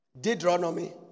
Deuteronomy